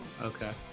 Okay